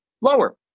lower